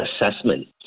assessment